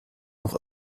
noch